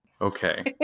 Okay